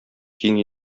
киң